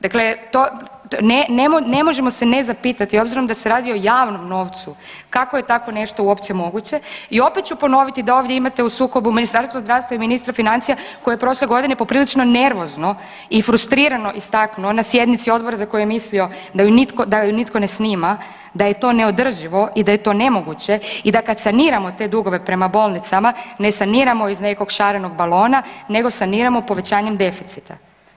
Dakle, ne možemo se ne zapitati, obzirom da se radi o javnom novcu, kako je tako nešto uopće moguće, i opet ću ponoviti da ovdje imate u sukobu Ministarstvo zdravstva i ministra financija koji je prošle godine poprilično nervozno i frustrirano istaknuo na sjednici odbora za koju je mislio da ju nitko, da ju nitko ne snima, da je to neodrživo i da je to nemoguće i da kad saniramo te dugove prema bolnicama, ne saniramo iz nekog šarenog balona, nego saniramo povećanjem deficita.